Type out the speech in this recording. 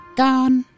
gone